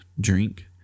drink